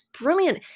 brilliant